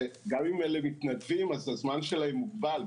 גם אם אלה מתנדבים, אז הזמן שלהם מוגבל.